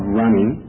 running